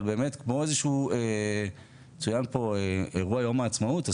אבל כמו שצוין פה אירוע יום העצמאות,